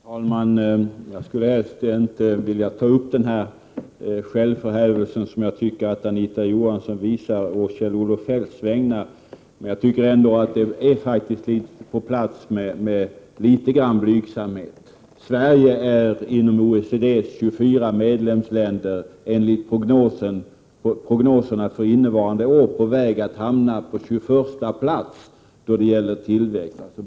Fru talman! Jag skulle helst inte vilja ta upp den självförhävelse som jag tycker att Anita Johansson visar å Kjell-Olof Feldts vägnar. Jag tycker ändå att det är litet grand på sin plats med någon blygsamhet. Sverige är i jämförelse med OECD:s 24 medlemsländer enligt prognoserna för innevarande år på väg att hamna på 21 plats då det gäller tillväxten.